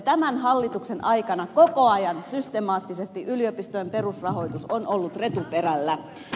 tämän hallituksen aikana koko ajan systemaattisesti yliopistojen perusrahoitus on ollut retuperällä